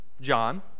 John